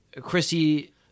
Chrissy